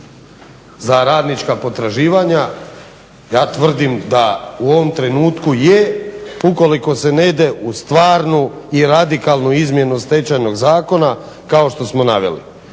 za radnička potraživanja. Ja tvrdim da u ovom trenutku je ukoliko se ne ide u stvarnu i radikalnu izmjenu Stečajnog zakona kao što smo naveli.